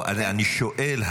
אני שואל,